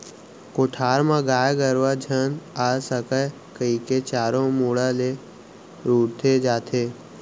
कोठार म गाय गरूवा झन आ सकय कइके चारों मुड़ा ले रूंथे जाथे